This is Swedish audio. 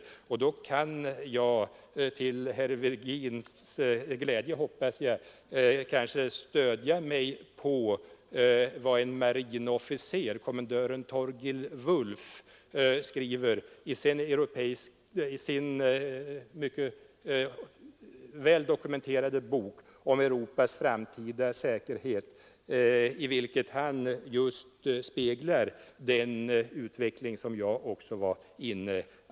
Jag kan då — till herr Virgins glädje, hoppas jag — stödja mig på vad en marinofficer, Torgil Wulff, skriver i sin mycket väl dokumenterade bok om Europas framtida säkerhet. I den speglar han just den utveckling som jag skildrade.